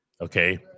Okay